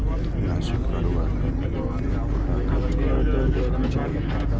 नर्सरीक कारोबार करै लेल पेड़, पौधाक नीक जानकारी हेबाक चाही